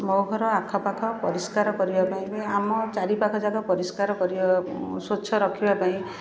ମୋ ଘର ଆଖପାଖ ପରିଷ୍କାର କରିବା ପାଇଁ ବି ଆମ ଚାରିପାଖ ଯାକ ପରିଷ୍କାର କରିବା ପାଇଁ ସ୍ଵଚ୍ଛ ରଖିବା ପାଇଁ